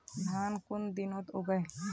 धान कुन दिनोत उगैहे